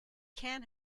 can